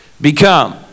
become